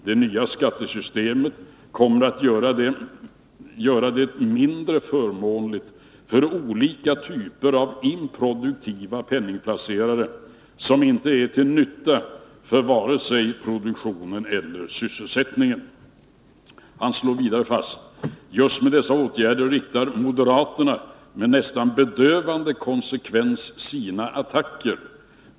Det nya skattesystemet kommer att göra det mindre förmånligt med olika typer av improduktiva penningplaceringar, som inte är till nytta för vare sig produktion eller sysselsättning.” Han slår vidare fast: ”Just mot dessa åtgärder riktar moderaterna med nästan bedövande konsekvens sina attacker.